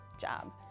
job